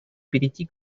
перейти